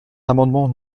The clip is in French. l’amendement